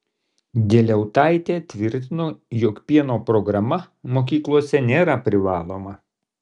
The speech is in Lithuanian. dieliautaitė tvirtino jog pieno programa mokyklose nėra privaloma